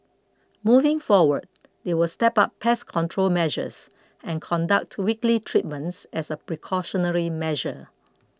moving forward they will step up pest control measures and conduct weekly treatments as a precautionary measure